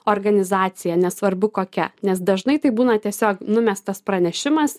organizacija nesvarbu kokia nes dažnai tai būna tiesiog numestas pranešimas